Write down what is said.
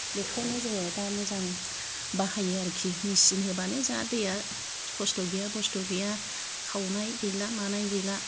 बेखौनो जोङो दा मोजां बाहायो आरोखि मेसिन होबानो जा दैया कस्त' गैया बस्त' गैया खावनाय गैला मानाय गैला